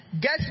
Guess